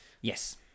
yes